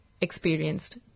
experienced